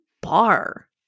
bar